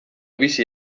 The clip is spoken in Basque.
bizi